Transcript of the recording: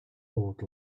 old